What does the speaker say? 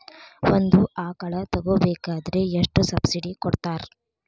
ಒಂದು ಆಕಳ ತಗೋಬೇಕಾದ್ರೆ ಎಷ್ಟು ಸಬ್ಸಿಡಿ ಕೊಡ್ತಾರ್?